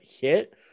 hit